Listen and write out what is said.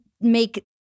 make